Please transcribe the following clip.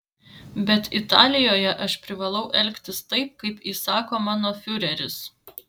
bet italijoje aš privalau elgtis taip kaip įsako mano fiureris